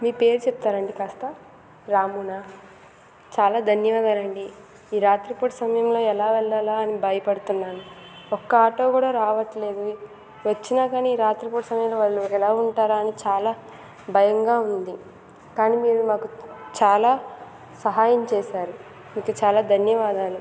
మీ పేరు చెప్తారండి కాస్త రామునా చాలా ధన్యవాదాలు అండి ఈ రాత్రిపూట సమయంలో ఎలా వెళ్లాలా అని భయపడుతున్నాను ఒక్క ఆటో కూడా రావట్లేదు వచ్చినా కానీ ఈ రాత్రిపూట సమయంలో వాళ్ళు ఎలా ఉంటారని చాలా భయంగా ఉంది కానీ మీరు మాకు చాలా సహాయం చేశారు మీకు చాలా ధన్యవాదాలు